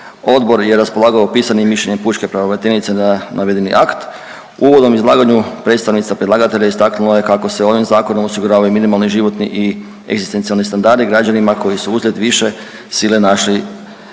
Odbor je raspolagao pisanim mišljenjem pučke pravobraniteljice na navedeni akt. U uvodnom izlaganju predstavnica predlagatelja istaknula je kako se ovim zakonom osiguravaju minimalni životni i egzistencijalni standardi građanima koji su uslijed više sile našli